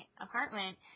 apartment